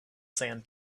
sand